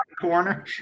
corner